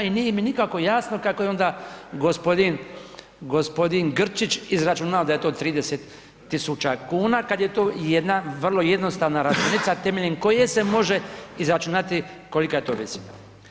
I nije mi nikako jasno kako je onda g. Grčić izračunao da je to 30 tisuća kuna kada je to i jedna vrlo jednostavna računica temeljem koje se može izračunati kolika je to visina.